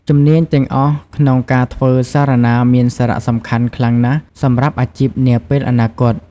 ជំនាញទាំងអស់ក្នុងការធ្វើសារណាមានសារៈសំខាន់ខ្លាំងណាស់សម្រាប់អាជីពនាពេលអនាគត។